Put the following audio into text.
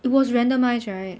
it was randomised right